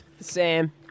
Sam